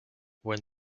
when